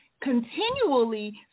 continually